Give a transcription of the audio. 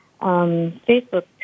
Facebook